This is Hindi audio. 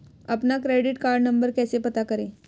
अपना क्रेडिट कार्ड नंबर कैसे पता करें?